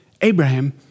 Abraham